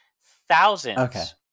Thousands